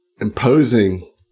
imposing